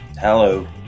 Hello